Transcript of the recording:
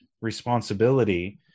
responsibility